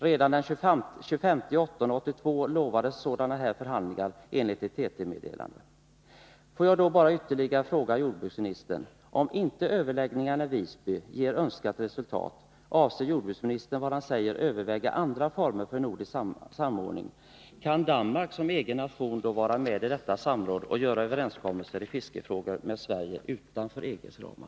Redan den 25 augusti 1982 utlovades sådana här förhandlingar, enligt ett TT-meddelande. Får jag då ytterligare fråga jordbruksministern: Om inte överläggningarna i Visby ger önskat resultat, avser jordbruksministern överväga andra former för nordisk samordning? Kan Danmark som egen nation då vara med i detta samråd och träffa överenskommelser i fiskefrågor med Sverige utanför EG:s ramar?